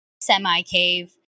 semi-cave